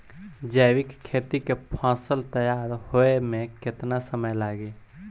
जैविक खेती के फसल तैयार होए मे केतना समय लागी?